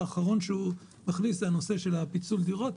האחרון שנכניס זה נושא פיצול הדירות.